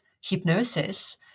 hypnosis